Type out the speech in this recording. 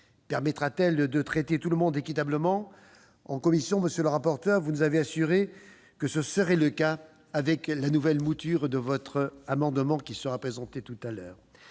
Permettra-t-elle de traiter tout le monde équitablement ? En commission, monsieur le rapporteur, vous nous avez assuré que ce serait le cas dans la nouvelle mouture de votre amendement qui sera présenté ultérieurement.